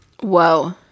Whoa